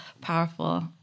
powerful